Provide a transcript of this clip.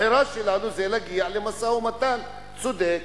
הבחירה שלנו זה להגיע למשא-ומתן צודק,